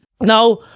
Now